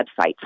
website